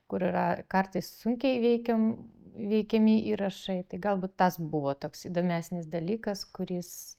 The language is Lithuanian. kur yra kartais sunkiai įveikiam įveikiami įrašai tai galbūt tas buvo toks įdomesnis dalykas kuris